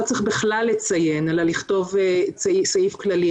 לא צריך בכלל לציין אלא לכתוב סעיף כללי.